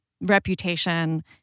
reputation